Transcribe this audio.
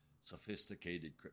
sophisticated